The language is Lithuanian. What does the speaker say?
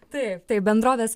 taip tai bendrovės